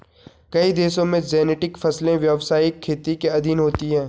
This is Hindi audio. कई देशों में जेनेटिक फसलें व्यवसायिक खेती के अधीन होती हैं